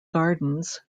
gardens